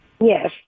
Yes